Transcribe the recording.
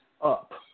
up